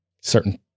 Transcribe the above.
certain